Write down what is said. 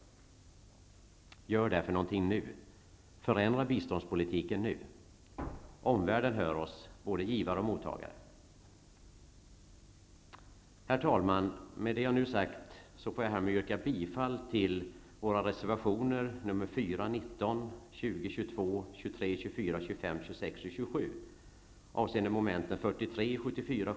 Gör därför någonting nu. Förändra biståndspolitiken nu. Omvärlden -- både givare och mottagare -- hör oss. Herr talman! Med det jag nu har sagt yrkar jag bifall till våra reservationer 4, 19, 20, 22--27 och 94.